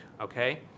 okay